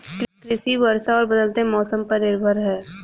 कृषि वर्षा और बदलते मौसम पर निर्भर है